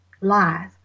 lies